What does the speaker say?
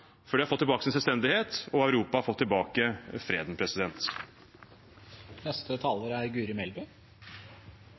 har fått tilbake sin selvstendighet, og Europa har fått tilbake freden.